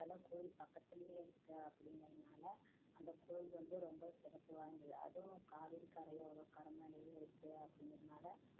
இதெல்லாம் கோயில் பக்கத்திலையே இருக்குது அப்படிங்கிறதுனால அந்த கோயில் வந்து ரொம்ப சிறப்பு வாய்ந்தது அதுவும் காவேரிக்கரையோரம் கரை மேலையே இருக்குது அப்படிங்கிறனால